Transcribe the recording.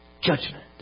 judgment